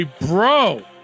bro